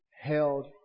held